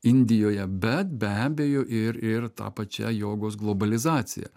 indijoje bet be abejo ir ir ta pačia jogos globalizacija